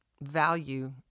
value